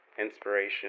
inspiration